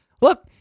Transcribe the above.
look